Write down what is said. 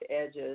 edges